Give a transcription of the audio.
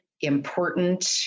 important